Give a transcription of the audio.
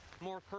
More